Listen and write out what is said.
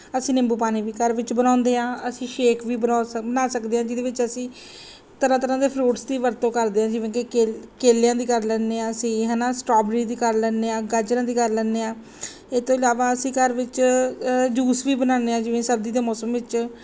ਅਸੀਂ ਨਿੰਬੂ ਪਾਣੀ ਵੀ ਘਰ ਵਿੱਚ ਬਣਾਉਂਦੇ ਹਾਂ ਅਸੀਂ ਸ਼ੇਕ ਵੀ ਬਰੋ ਸ ਬਣਾ ਸਕਦੇ ਬਣਾ ਸਕਦੇ ਹਾਂ ਜਿਹਦੇ ਵਿੱਚ ਅਸੀਂ ਤਰ੍ਹਾਂ ਤਰ੍ਹਾਂ ਦੇ ਫਰੂਟਸ ਦੀ ਵਰਤੋਂ ਕਰਦੇ ਹਾਂ ਜਿਵੇਂ ਕਿ ਕੇਲ ਕੇਲਿਆਂ ਦੀ ਕਰ ਲੈਂਦੇ ਹਾਂ ਅਸੀਂ ਹੈ ਨਾ ਸਟੋਬਰੀ ਦੀ ਕਰ ਲੈਂਦੇ ਹਾਂ ਗਾਜਰਾਂ ਦੀ ਕਰ ਲੈਂਦੇ ਹਾਂ ਇਹ ਤੋਂ ਇਲਾਵਾ ਅਸੀਂ ਘਰ ਵਿੱਚ ਜੂਸ ਵੀ ਬਣਾਉਂਦੇ ਹਾਂ ਜਿਵੇਂ ਸਰਦੀ ਦੇ ਮੌਸਮ ਵਿੱਚ